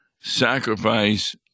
sacrifice